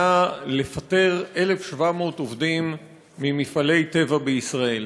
לפטר 1,700 עובדים ממפעלי טבע בישראל.